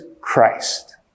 Christ